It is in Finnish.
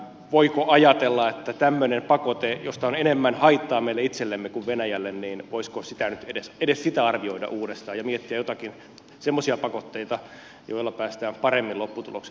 voisiko ajatella että edes tämmöistä pakotetta josta on enemmän haittaa meille itsellemme kuin venäjälle niin voisko sitä edes pidä sitä arvioitaisiin uudestaan ja mietittäisiin joitakin semmoisia pakotteita joilla päästään paremmin lopputulokseen